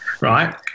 Right